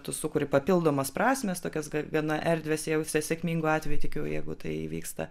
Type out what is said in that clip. tu sukuri papildomas prasmes tokias gana erdvias jau sėkmingu atveju tikiu jeigu tai įvyksta